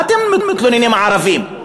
מה אתם מתלוננים, הערבים?